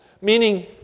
meaning